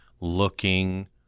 looking